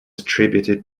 attributed